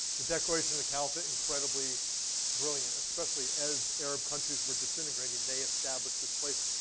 the declaration of the caliphate, incredibly brilliant, especially as arab countries were disintegrating, they established this place,